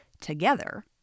together